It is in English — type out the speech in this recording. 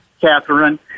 Catherine